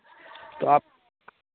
तो आप